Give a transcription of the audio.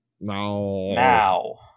Now